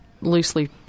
loosely